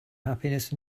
happiness